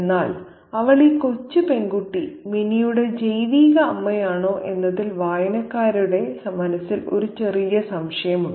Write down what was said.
എന്നാൽ അവൾ ഈ കൊച്ചു പെൺകുട്ടി മിനിയുടെ ജൈവിക അമ്മയാണോ എന്നതിൽ വായനക്കാരുടെ മനസ്സിൽ ഒരു ചെറിയ സംശയം ഉണ്ട്